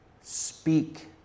Speak